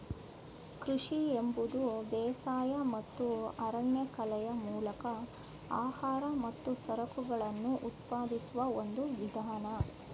ಕೃಷಿ ಎಂಬುದು ಬೇಸಾಯ ಮತ್ತು ಅರಣ್ಯಕಲೆಯ ಮೂಲಕ ಆಹಾರ ಮತ್ತು ಸರಕುಗಳನ್ನು ಉತ್ಪಾದಿಸುವ ಒಂದು ವಿಧಾನ